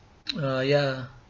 ah ya